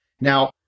Now